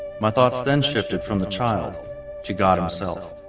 my thoughts then shifted from the child to god himself